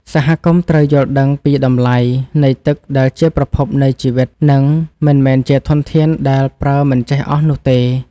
សហគមន៍ត្រូវយល់ដឹងពីតម្លៃនៃទឹកដែលជាប្រភពនៃជីវិត និងមិនមែនជាធនធានដែលប្រើមិនចេះអស់នោះទេ។